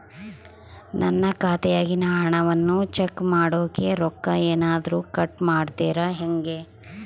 ನನ್ನ ಖಾತೆಯಾಗಿನ ಹಣವನ್ನು ಚೆಕ್ ಮಾಡೋಕೆ ರೊಕ್ಕ ಏನಾದರೂ ಕಟ್ ಮಾಡುತ್ತೇರಾ ಹೆಂಗೆ?